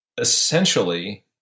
essentially